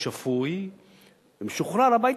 הוא שפוי ומשוחרר הביתה,